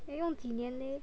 要用几年 leh